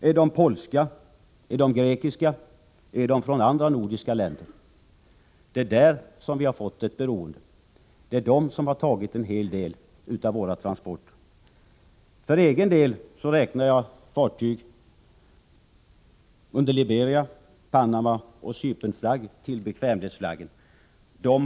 Är de polska? Är de grekiska? Eller är de från andra nordiska länder? Det är i fråga om dessa som vi har fått ett beroende. Det är dessa fartyg som har tagit en hel del av våra transporter. För egen del räknar jag fartyg under Liberia-, Panamaoch Cypernflagg till bekvämlighetsflaggade fartyg.